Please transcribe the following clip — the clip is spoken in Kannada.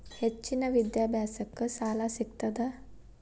ಹೆಚ್ಚಿನ ವಿದ್ಯಾಭ್ಯಾಸಕ್ಕ ಸಾಲಾ ಸಿಗ್ತದಾ?